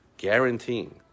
Guaranteeing